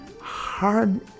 hard